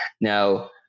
Now